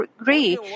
agree